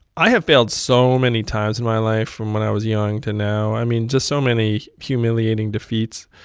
i have failed so many times in my life, from when i was young to now i mean, just so many humiliating defeats.